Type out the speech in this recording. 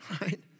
right